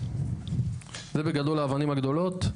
זה בגדול האבנים הגדולות.